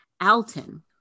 Alton